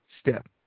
step